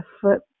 foot